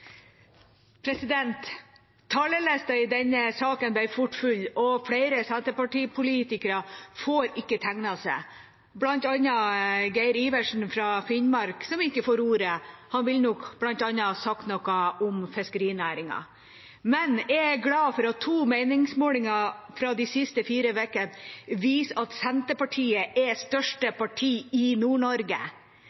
i denne saken ble fort full, og flere Senterparti-politikere får ikke tegnet seg, bl.a. Geir Adelsten Iversen fra Finnmark, som ikke får ordet. Han ville nok sagt noe om bl.a. fiskerinæringen. Jeg er glad for at to meningsmålinger fra de siste fire ukene viser at Senterpartiet er største